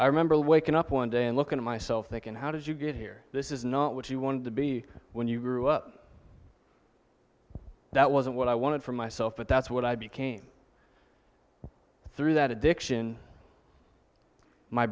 i remember waking up one day and looking at myself thinking how did you get here this is not what you wanted to be when you grew up that wasn't what i wanted for myself but that's what i became through that addiction my